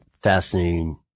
fascinating